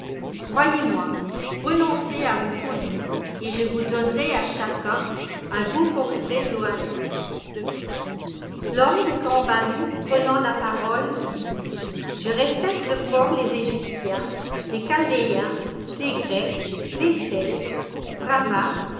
croyez-moi renoncez à vos folies et je vous donnerai à chacun un beau portrait d'oannès l'homme de cambalu prenant la parole dit je respecte fort les egyptiens les chaldéens les grecs les celtes